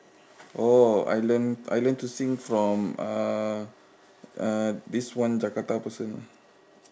oh I learn I learn to sing from uh uh this one jakarta person